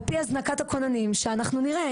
על פי הזנקת הכוננים שאנחנו נראה.